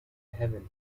heaven